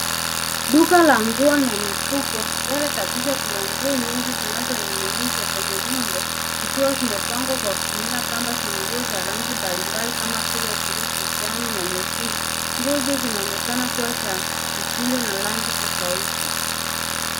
Duka la nguo la mifuko. Mbele kabisa kuna nguo nyingi zinazoning'inizwa kwenye nondo zikiwa zimepangwa kwa kutumia kamba za nguo za rangi mbalimbali kama vile blue kijani na nyekundu. Nguo hizo zinaonekana kuwa za mitindo na rangi tofauti.